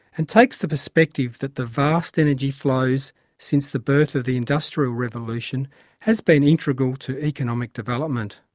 and takes the perspective that the vast energy flows since the birth of the industrial revolution has been integral to economic development.